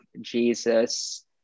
Jesus